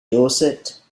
dorset